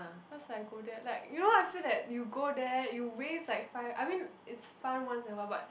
cause like go there like you know I feel that you go there you waste like five I mean is fun once in a while but